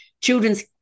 Children's